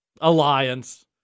alliance